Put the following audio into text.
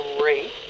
great